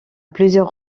plusieurs